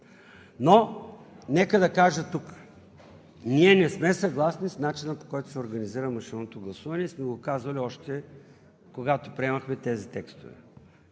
Но нека да кажа тук – ние не сме съгласни с начина, по който се организира машинното гласуване, и сме го казвали още когато приемахме тези текстове.